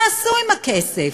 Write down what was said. מה עשו עם הכסף?